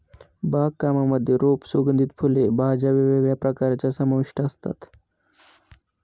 बाग कामांमध्ये रोप, सुगंधित फुले, भाज्या वेगवेगळ्या प्रकारच्या समाविष्ट असतात